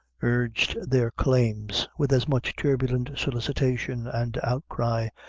urged their claims with as much turbulent solicitation and outcry,